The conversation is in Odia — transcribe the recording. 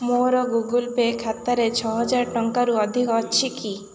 ମୋର ଗୁଗଲ୍ ପେ ଖାତାରେ ଛଅହଜାର ଟଙ୍କାରୁ ଅଧିକ ଅଛି କି